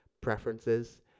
preferences